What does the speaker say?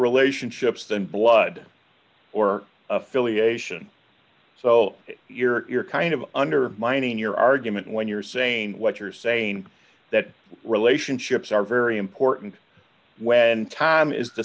relationships than blood or affiliation so you're kind of under mining your argument when you're saying what you're saying that relationships are very important when time is the